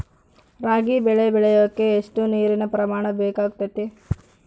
ರಾಗಿ ಬೆಳೆ ಬೆಳೆಯೋಕೆ ಎಷ್ಟು ನೇರಿನ ಪ್ರಮಾಣ ಬೇಕಾಗುತ್ತದೆ?